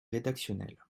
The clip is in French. rédactionnel